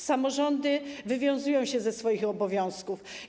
Samorządy wywiązują się ze swoich obowiązków.